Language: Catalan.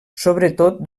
sobretot